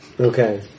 Okay